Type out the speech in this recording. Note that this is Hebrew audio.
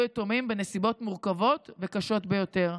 יתומים בנסיבות מורכבות וקשות ביותר,